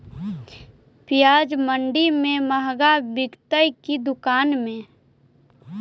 प्याज मंडि में मँहगा बिकते कि दुकान में?